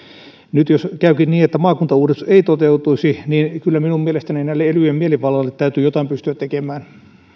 nyt jos maakuntauudistus ei toteutuisi niin kyllä minun mielestäni elyjen mielivallalle täytyy jotain pystyä tekemään arvoisa rouva